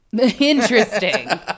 Interesting